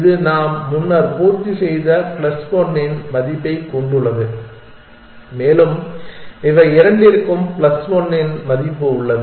இது நாம் முன்னர் பூர்த்தி செய்த பிளஸ் 1 இன் மதிப்பைக் கொண்டுள்ளது மேலும் இவை இரண்டிற்கும் பிளஸ் 1 இன் மதிப்பு உள்ளது